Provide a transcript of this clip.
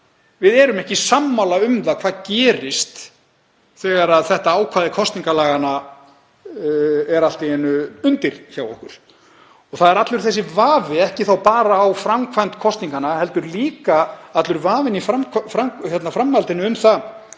Við erum ekki sammála um það hvað gerist þegar þetta ákvæði kosningalaganna er allt í einu undir hjá okkur. Það er allur þessi vafi, ekki þá bara á framkvæmd kosninganna heldur líka allur vafinn í framhaldinu um það